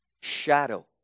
shadow